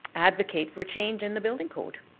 advocate for change in the building code.